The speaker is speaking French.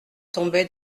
tombait